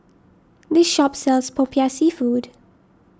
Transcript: this shop sells Popiah Seafood